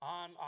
on